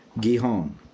Gihon